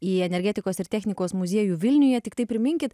į energetikos ir technikos muziejų vilniuje tiktai priminkit